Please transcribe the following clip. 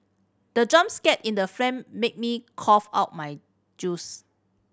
the jump scare in the made me cough out my juice